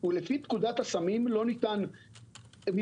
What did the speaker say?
"ולפי פקודת הסמים לא ניתן מרשם